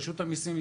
ברשות המסים,